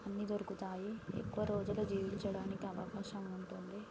అన్నీ దొరుకుతాయి ఎక్కువ రోజులు జీవించడానికి అవకాశం ఉంటుంది